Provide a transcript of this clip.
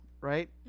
Right